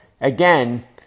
again